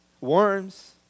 worms